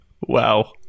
Wow